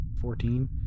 Fourteen